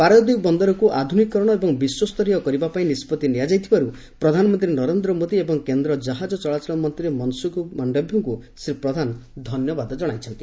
ପାରାଦୀପ ବନ୍ଦରକୁ ଆଧୁନିକୀ କରଣ ଏବଂ ବିଶ୍ୱସ୍ତରୀୟ କରିବା ପାଇଁ ନିଷ୍ପଭି ନିଆଯାଇଥିବାରୁ ପ୍ରଧାନମନ୍ତ୍ରୀ ନରେନ୍ଦ୍ର ମୋଦୀ ଏବଂ କେନ୍ଦ୍ର ଜାହାଜ ଚଳାଚଳ ମନ୍ତ୍ରୀ ମନସୁଖ ମାଣ୍ଡଭ୍ୟଙ୍କୁ ଶ୍ରୀ ପ୍ରଧାନ ଧନ୍ୟବାଦ ଜଣାଇଛନ୍ତି